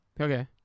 okay